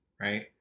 right